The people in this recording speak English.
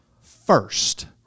first